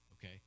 Okay